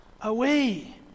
away